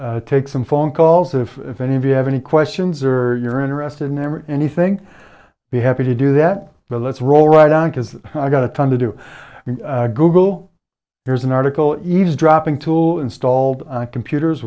to take some phone calls if any of you have any questions or you're interested in ever anything be happy to do that but let's roll right on because i've got a time to do a google here's an article eavesdropping tool installed on computers